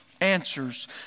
answers